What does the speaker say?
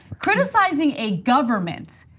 criticizing a government,